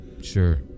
Sure